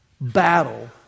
battle